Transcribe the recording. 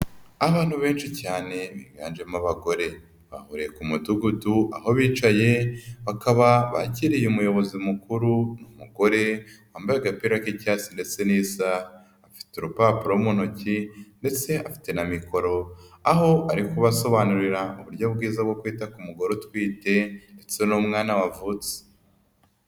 Abantu benshi cyane biganjemo abagore bahuriye ku mudugudu aho bicaye bakaba bakiriye umuyobozi mukuru ni umugore wambaye agapira k'icyatsi ndetse n'isaha, afite urupapuro mu ntoki ndetse afite na mikoro aho ari kubasobanurira uburyo bwiza bwo kwita ku mugore utwite ndetse n'umwana wavutse.